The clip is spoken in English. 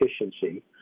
efficiency